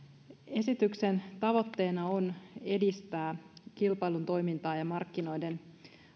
esityksen tavoitteena on edistää kilpailun toimintaa ja markkinoiden